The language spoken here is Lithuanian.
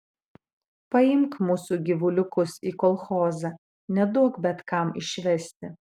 paimk mūsų gyvuliukus į kolchozą neduok bet kam išvesti